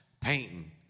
Painting